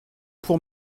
pour